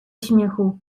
śmiechu